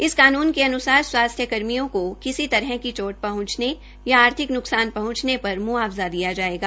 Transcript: इस कानून के अन्सार स्वास्थ्य कर्मियों की किसी तरह की चोट पहंचने या आर्थिक न्कसान पहुंचने पर मुआवजा दिया जायेगा